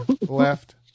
left